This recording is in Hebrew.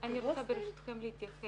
אני רוצה ברשותכם להתייחס.